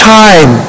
time